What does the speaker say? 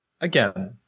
Again